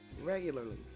regularly